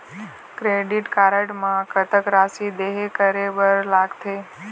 Credit card म कतक राशि देहे करे बर लगथे?